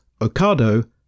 Ocado